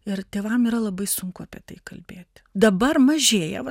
ir tėvam yra labai sunku apie tai kalbėti dabar mažėja